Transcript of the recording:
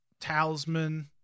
Talisman